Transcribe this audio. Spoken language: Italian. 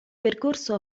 percorso